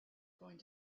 going